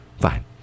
fine